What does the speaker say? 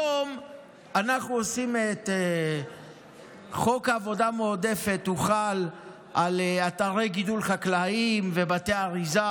כיום חוק עבודה מועדפת חל על אתרי גידול חקלאיים ובתי אריזה,